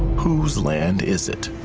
whose land is it?